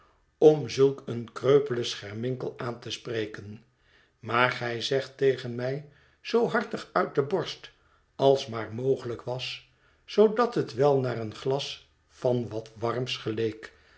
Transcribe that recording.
om zulk een kreupelen scherminkel aan te spreken maar gij zegt tegen mij zoo hartig uit de borst als maar mogelijk was zoodat het wel naar een glas van wat warms geleek